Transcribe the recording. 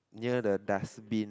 near the dustbin